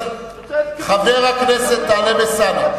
חבר הכנסת טלב אלסאנע,